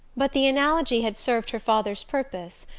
but the analogy had served her father's purpose,